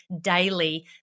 daily